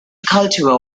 cultivar